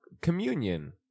Communion